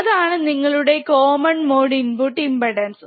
അതാണ് നിങ്ങളുടെ common mode input impedance